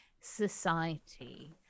society